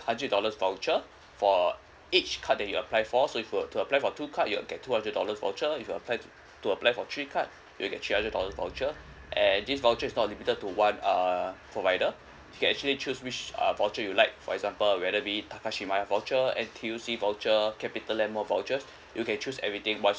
hundred dollars voucher for each card that you apply for so if you were to apply for two cards you'll get two dollars voucher if you apply to apply for three card you'll get three hundred dollar voucher and this voucher is not limited to one uh provider you actually choose which uh voucher you like for example whether be it Takashimaya voucher N_T_U_C voucher Capitaland mall vouchers you can choose everything once you